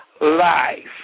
life